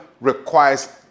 requires